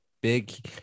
big